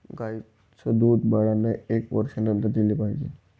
गाईचं दूध बाळांना एका वर्षानंतर दिले पाहिजे